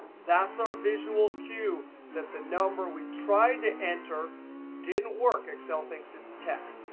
that's ah a visual cue that the number we tried to enter didn't work. excel thinks it's text.